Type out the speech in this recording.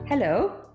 Hello